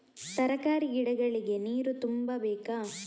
ತರಕಾರಿ ಗಿಡಗಳಿಗೆ ನೀರು ತುಂಬಬೇಕಾ?